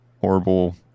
horrible